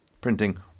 printing